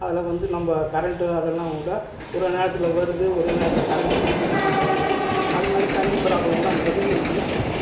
அதில் வந்து நம்ம கரண்ட்டு அதெல்லாம் கூட ஒரு ஒரு நேரத்தில் வருது ஒரு நேரத்தில் கரண்ட்டு கொடுக்க மாட்டேங்றாங்க அது மாதிரி தண்ணி ப்ராப்ளமெல்லாம் நிறைய இருக்குது